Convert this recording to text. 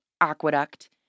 aqueduct